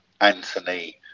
Anthony